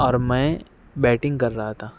اور میں بیٹنگ کر رہا تھا